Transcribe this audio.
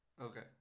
Okay